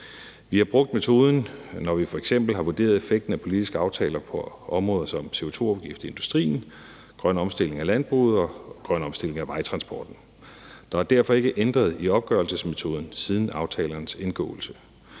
Vi har brugt metoden, når vi f.eks. har vurderet effekten af politiske aftaler på områder som CO2-afgift i industrien, grøn omstilling af landbruget og grøn omstilling af vejtransporten. Der er derfor ikke ændret i opgørelsesmetoden siden aftalernes indgåelse.